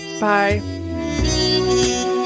Bye